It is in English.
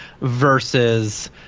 versus